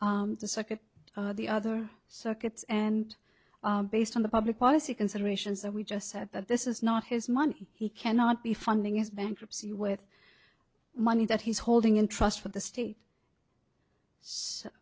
the second the other circuits and based on the public policy considerations that we just said that this is not his money he cannot be funding his bankruptcy with money that he's holding in trust for the state so